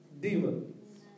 demons